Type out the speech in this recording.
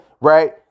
right